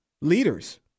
leaders